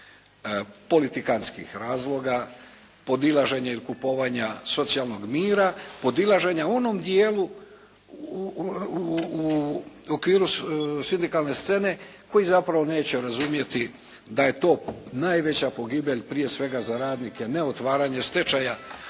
politikanskih razloga, podilaženja ili kupovanja socijalnog mira, podilaženja u onom dijelu u okviru sindikalne scene koji zapravo neće razumjeti da je to najveća pogibelj prije svega za radnike ne otvaranju stečaja